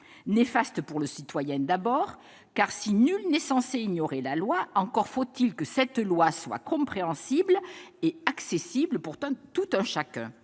Néfaste pour le citoyen, d'abord, car si nul n'est censé ignorer la loi, encore faut-il que cette loi soit compréhensible et accessible pour tout un chacun.